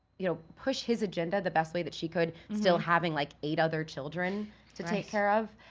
you know, push his agenda the best way that she could, still having like eight other children to take care of.